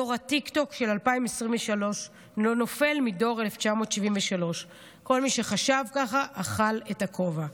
דור הטיקטוק של 2023 לא נופל מדור 1973. כל מי שחשב ככה אכל את הכובע.